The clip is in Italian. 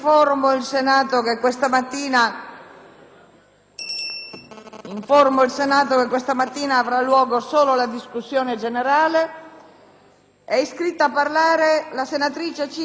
Informo il Senato che questa mattina avrà luogo solo la discussione generale. È iscritta a parlare la senatrice Fontana. Ne ha facoltà.